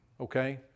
okay